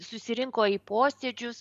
susirinko į posėdžius